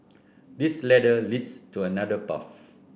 this ladder leads to another path